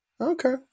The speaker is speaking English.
Okay